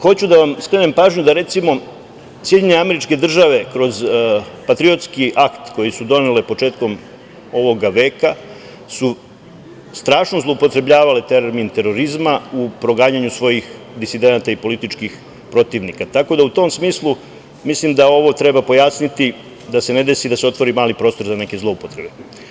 Hoću da vam skrenem pažnju da, recimo, SAD kroz patriotski akt koji su donele početkom ovog veka, su strašno zloupotrebljavale termin terorizma u proganjanju svojih disidenata i političkih protivnika, tako da u tom smislu mislim da ovo treba pojasniti, da se ne desi da se otvori mali prostor za neke zloupotrebe.